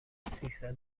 سیصد